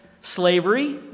slavery